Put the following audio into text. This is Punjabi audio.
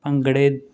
ਭੰਗੜੇ